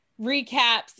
recaps